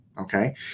Okay